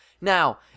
Now